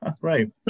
Right